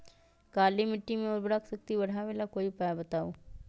काली मिट्टी में उर्वरक शक्ति बढ़ावे ला कोई उपाय बताउ?